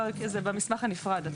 זה במסמך הנפרד.